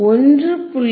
1